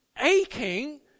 aching